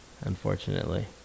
Unfortunately